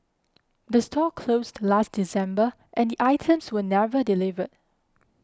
the store closed last December and the items were never delivered